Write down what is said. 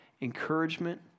encouragement